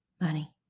Money